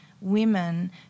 women